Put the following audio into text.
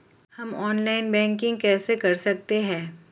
हम online banking कैसे कर सकते हैं?